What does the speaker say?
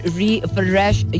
refresh